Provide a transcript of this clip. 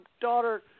daughter